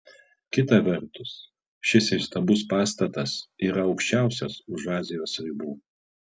kita vertus šis įstabus pastatas yra aukščiausias už azijos ribų